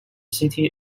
city